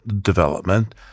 development